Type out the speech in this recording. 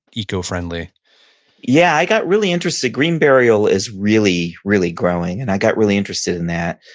eco-friendly yeah. i got really interested. green burial is really, really growing. and i got really interested in that.